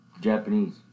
Japanese